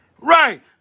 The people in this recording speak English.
Right